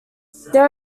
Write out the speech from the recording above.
there